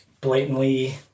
blatantly